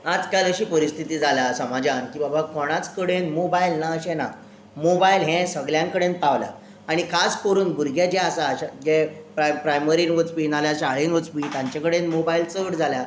आजकाल अशी परिस्थिती जाला समाजान की बाबा कोणाच कडेन मोबायल ना अशें ना मोबायल हे सगल्या कडेन पावल्या आनी खास करून भुरगे जे आसा जे प्राय प्रायमरीन वचपी नाजाल्यार शाळेंत वचपी तांचे कडेन मोबायल चड जाल्यात